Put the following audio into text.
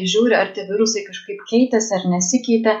žiūri ar tie virusai kažkaip keitėsi ar nesikeitė